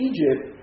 Egypt